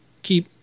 Keep